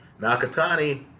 nakatani